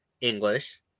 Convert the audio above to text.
english